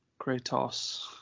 Kratos